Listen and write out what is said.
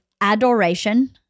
adoration